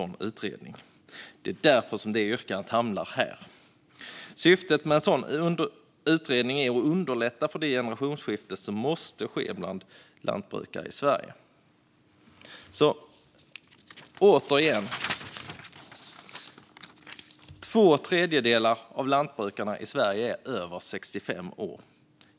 Det är därför vårt yrkande hamnar här. Syftet med en sådan utredning är att underlätta för det generationsskifte som måste ske bland lantbruken i Sverige. Återigen: Två tredjedelar av lantbrukarna i Sverige är över 65 år.